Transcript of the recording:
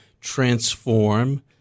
transform